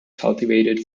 cultivated